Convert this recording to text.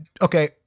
Okay